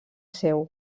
seu